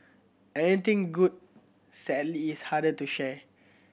anything good sadly is harder to share